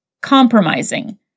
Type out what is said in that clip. compromising